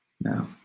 No